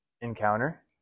encounter